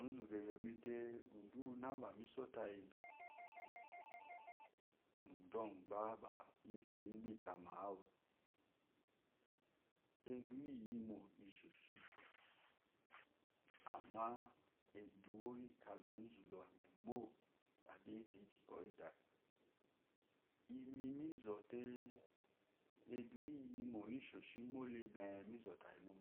ozu ba eyomite udú úwu ná bamiso tayi udu ɔhen baba mi soyi ba bi kama wu eduwo iyimo ishashi amma ehuwo kala ozu ɔyemo la kiyi kuyi ikiyo yi, tayi imi mi zote eduwo iyimo ibhushimo le nee mi zo tayimo,